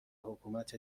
حکومت